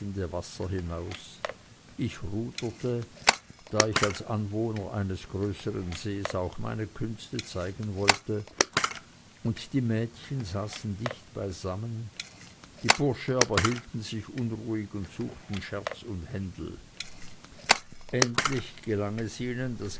wasser hinaus ich ruderte da ich als anwohner eines größern sees auch meine künste zeigen wollte und die mädchen saßen dicht beisammen die bursche aber hielten sich unruhig und suchten scherz und händel endlich gelang es ihnen das